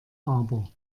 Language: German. aber